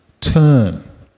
turn